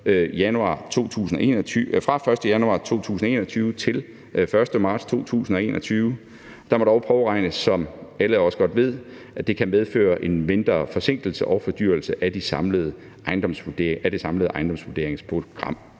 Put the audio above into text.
den 1. januar 2021 til den 1. marts 2021. Der må dog påregnes, som alle også godt ved, at det kan medføre en mindre forsinkelse og fordyrelse af det samlede ejendomsvurderingsprogram.